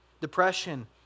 depression